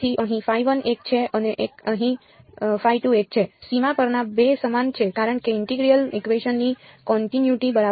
તેથી અહીં એક છે અને અહીં એક છે સીમા પરના 2 સમાન છે કારણ કે ટેનજેન્ટિયલ ઇકવેશન ની કોન્ટિનયુટી બરાબર છે